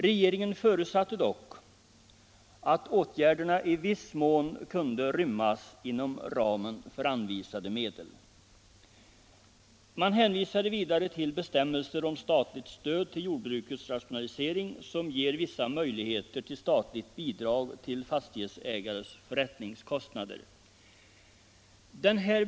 Regeringen förutsatte dock att åtgärderna i viss mån kunde rymmas inom Fru talman!